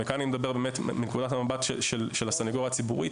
אני מדבר כאן מנקודת המבט של הסנגוריה הציבורית